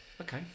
Okay